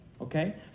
okay